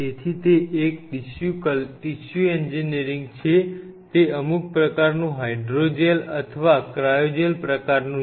તેથી તે એક ટીશ્યુ એન્જિનિયરિંગ છે તે અમુક પ્રકારનું હાઇડ્રો જેલ અથવા ક્રાઓજેલ પ્રકારનું છે